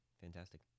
fantastic